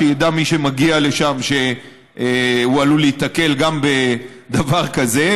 שידע מי שמגיע לשם שהוא עלול להיתקל גם בדבר כזה.